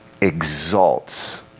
exalts